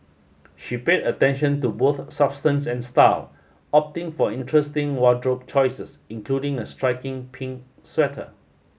she paid attention to both substance and style opting for interesting wardrobe choices including a striking pink sweater